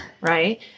Right